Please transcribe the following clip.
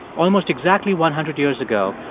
almost exactly one hundred years ago,